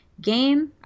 game